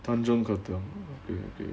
tanjong katong